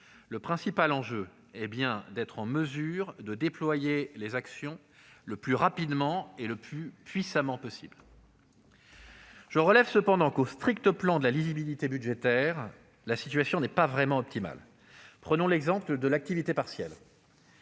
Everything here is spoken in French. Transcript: le principal enjeu est d'être en mesure de déployer les actions le plus rapidement et le plus puissamment possible. J'observe toutefois que, sur le strict plan de la lisibilité budgétaire, la situation n'est pas vraiment optimale. Prenons l'exemple de l'activité partielle